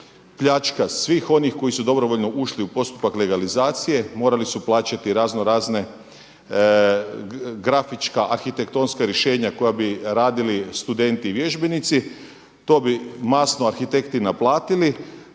pljačka svih onih koji su dobrovoljno ušli u postupak legalizacije, morali su plaćati raznorazna grafička arhitektonska rješenja koja bi radili studenti i vježbenici. To bi masno arhitekti naplatili.